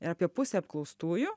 ir apie pusė apklaustųjų